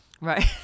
Right